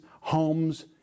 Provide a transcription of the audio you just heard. homes